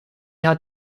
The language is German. hat